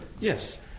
Yes